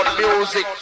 Music